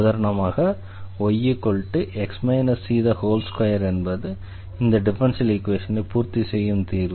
உதாரணமாக yx c2 என்பது இந்த டிஃபரன்ஷியல் ஈக்வேஷனை பூர்த்தி செய்யும் தீர்வு